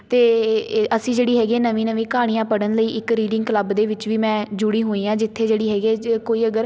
ਅਤੇ ਅ ਅਸੀਂ ਜਿਹੜੀ ਹੈਗੀ ਨਵੀਂ ਨਵੀਂ ਕਹਾਣੀਆਂ ਪੜ੍ਹਨ ਲਈ ਇੱਕ ਰੀਡਿੰਗ ਕਲੱਬ ਦੇ ਵਿੱਚ ਵੀ ਮੈਂ ਜੁੜੀ ਹੋਈ ਹਾਂ ਜਿੱਥੇ ਜਿਹੜੀ ਹੈਗੀ ਜੇ ਕੋਈ ਅਗਰ